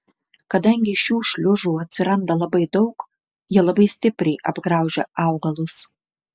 kadangi šių šliužų atsiranda labai daug jie labai stipriai apgraužia augalus